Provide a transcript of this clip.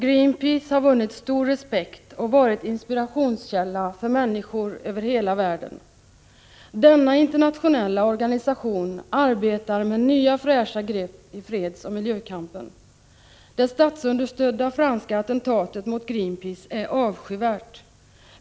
Greenpeace har vunnit stor respekt och varit inspirationskälla för människor över hela världen. Denna internationella organisation arbetar med nya fräscha grepp i fredsoch miljökampen. Det statsunderstödda franska attentatet mot Greenpeace är avskyvärt.